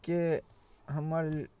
कि हमर